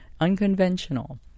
unconventional